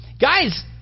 Guys